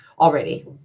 already